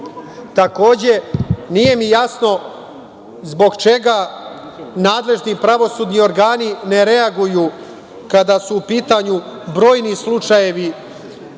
godine. Takođe, nije mi jasno zbog čega nadležni pravosudni organi ne reaguju kada su u pitanju brojni slučajevi,